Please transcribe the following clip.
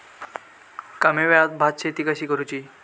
कमी वेळात भात शेती कशी करुची?